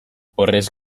horrez